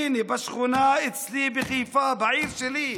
הינה, בשכונה אצלי בחיפה, בעיר שלי,